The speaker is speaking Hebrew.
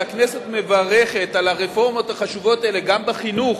שהכנסת מברכת על הרפורמות החשובות האלה גם בחינוך,